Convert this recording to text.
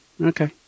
okay